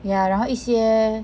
ya 然后一些